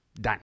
Done